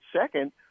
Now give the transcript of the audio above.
second